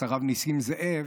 הרב נסים זאב.